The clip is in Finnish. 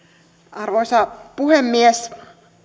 arvoisa puhemies